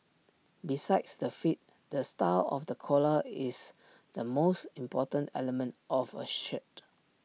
besides the fit the style of the collar is the most important element of A shirt